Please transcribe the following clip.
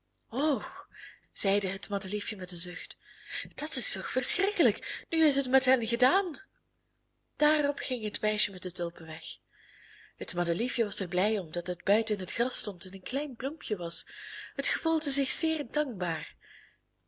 och zeide het madeliefje met een zucht dat is toch verschrikkelijk nu is het met hen gedaan daarop ging het meisje met de tulpen weg het madeliefje was er blij om dat het buiten in het gras stond en een klein bloempje was het gevoelde zich zeer dankbaar